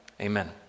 amen